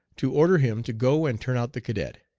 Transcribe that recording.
to order him to go and turn out the cadet,